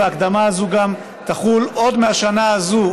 וההקדמה הזו תחול עוד מהשנה הזו,